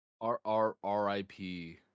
R-R-R-I-P